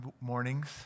mornings